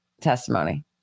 testimony